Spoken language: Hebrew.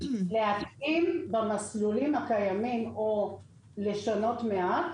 להתאים במסלולים הקיימים או לשנות מעט